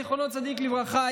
זכר צדיק לברכה,